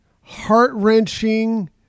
heart-wrenching